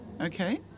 Okay